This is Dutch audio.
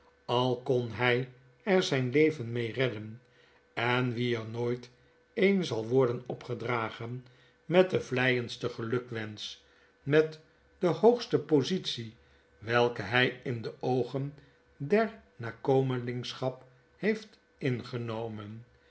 al kon hy er zijn leven mee redden en wien er nooit een zal worden opgedragen met den vleiendsten gelukwensch met de hooge positie welke hy in de oogen der nakomelingschap heeft ingenomen